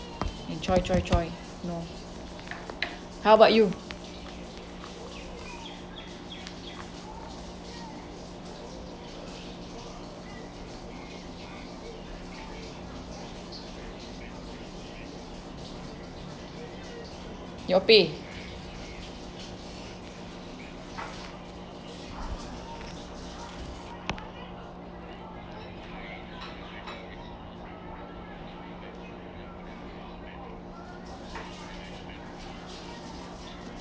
!choy! !choy! !choy! no how about you your pay